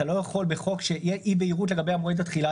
אתה לא יכול בחוק שתהיה אי בהירות לגבי מועד התחילה